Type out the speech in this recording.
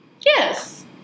Yes